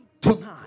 tonight